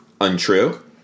untrue